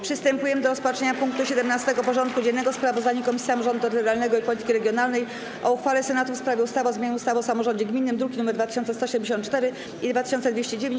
Przystępujemy do rozpatrzenia punktu 17. porządku dziennego: Sprawozdanie Komisji Samorządu Terytorialnego i Polityki Regionalnej o uchwale Senatu w sprawie ustawy o zmianie ustawy o samorządzie gminnym (druki nr 2174 i 2209)